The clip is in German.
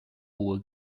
hohe